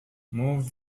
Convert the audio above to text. move